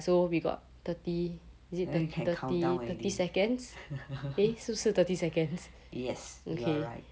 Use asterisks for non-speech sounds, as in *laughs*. then you can countdown already *laughs* yes you are right